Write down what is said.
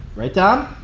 right, dom?